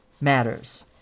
matters